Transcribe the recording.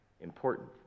important